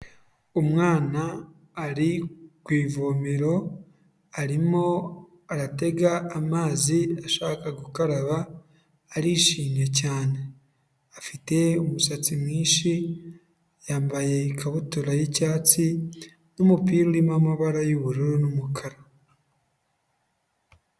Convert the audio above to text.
Umwana ari ku ivomero, arimo aratega amazi ashaka gukaraba arishimye cyane, afite umusatsi mwinshi, yambaye ikabutura y'icyatsi n'umupira urimo amabara y'ubururu n'umukara.